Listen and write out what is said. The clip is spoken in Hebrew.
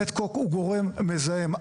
פטקוק הוא גורם מזהם,